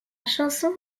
chanson